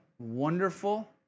Wonderful